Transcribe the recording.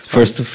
First